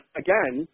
again